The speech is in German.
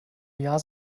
jahr